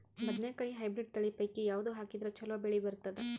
ಬದನೆಕಾಯಿ ಹೈಬ್ರಿಡ್ ತಳಿ ಪೈಕಿ ಯಾವದು ಹಾಕಿದರ ಚಲೋ ಬೆಳಿ ಬರತದ?